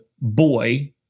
boy